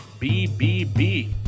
BBB